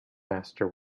master